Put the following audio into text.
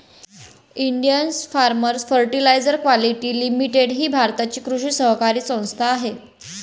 Indian farmers fertiliser quality limited ही भारताची कृषी सहकारी संस्था आहे